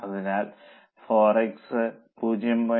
അതിനാൽ 4 x 0